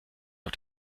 auf